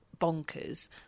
bonkers